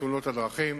בתאונות דרכים.